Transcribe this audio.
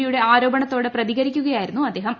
D യുടെ ആരോപണത്തോട് പ്രതികരിക്കുകയായിരുന്നു അദ്ദേഹം